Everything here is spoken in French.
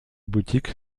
boutique